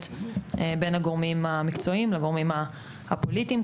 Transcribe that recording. בין הגורמים המקצועיים לגורמים הפוליטיים.